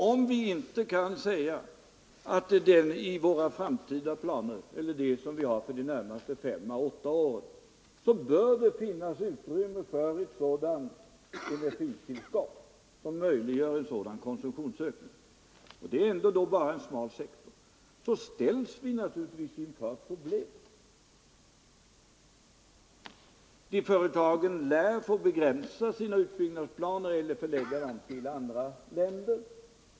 Om vi inte kan säga att det i våra planer för de närmaste fem — åtta åren finns utrymme för de energitillskott som möjliggör dessa produktionsökningar — och de berör bara en smal sektor av näringslivet — så ställs vi inför problem. Företagen lär då få begränsa sina utbyggnadsplaner eller förverkliga dem i andra länder.